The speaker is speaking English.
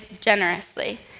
generously